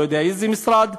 לא יודע איזה משרד.